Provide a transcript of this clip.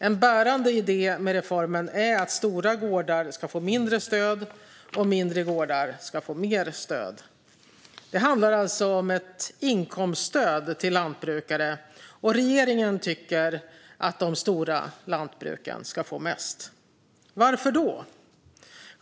En bärande idé med reformen är att stora gårdar ska få mindre stöd och mindre gårdar ska få mer stöd. Det handlar alltså om ett inkomststöd till lantbrukare, och regeringen tycker att de stora lantbruken ska få mest. Varför då?